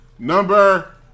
Number